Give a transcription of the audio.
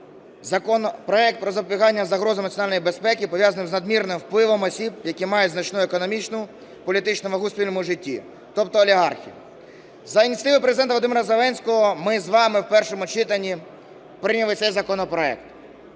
законопроект про запобігання загрозам національній безпеці, пов'язаний із надмірним впливом осіб, які мають значну економічну, політичну вагу в суспільному житті, тобто олігархи. За ініціативою Президента Володимира Зеленського ми з вами в першому читанні прийняли цей законопроект.